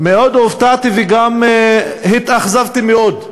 מאוד הופתעתי וגם התאכזבתי מאוד.